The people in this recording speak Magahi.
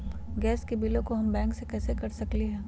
गैस के बिलों हम बैंक से कैसे कर सकली?